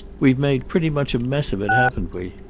we've made pretty much a mess of it, haven't we?